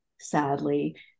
sadly